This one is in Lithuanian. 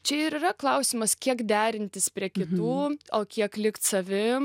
čia ir yra klausimas kiek derintis prie kitų o kiek likt savim